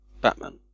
Batman